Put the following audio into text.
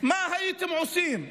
מה הייתם עושים?